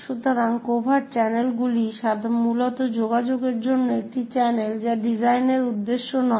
সুতরাং কভার্ট চ্যানেলগুলি মূলত যোগাযোগের জন্য একটি চ্যানেল যা ডিজাইনের উদ্দেশ্যে নয়